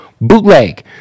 BOOTLEG